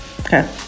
Okay